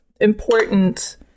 important